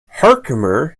herkimer